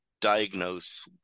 diagnose